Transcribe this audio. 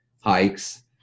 hikes